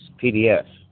PDF